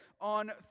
On